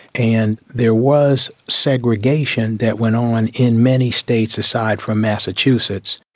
and there was segregation that went on in many states aside from massachusetts.